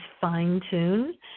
fine-tune